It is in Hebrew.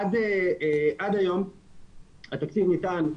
עד היום התקציב ניתן,